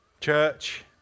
Church